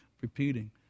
repeating